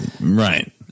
right